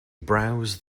browsed